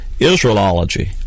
Israelology